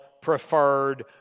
preferred